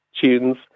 Tunes